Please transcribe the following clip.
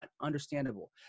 understandable